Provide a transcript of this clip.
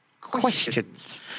Questions